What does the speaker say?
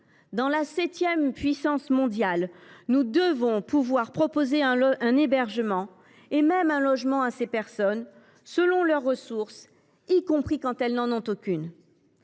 France, septième puissance mondiale, doit pouvoir proposer un hébergement, et même un logement, à ces personnes, selon leurs ressources, y compris quand elles n’en ont aucune.